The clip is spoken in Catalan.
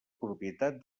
propietat